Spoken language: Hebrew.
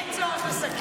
אין צורך לסכם.